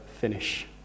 finish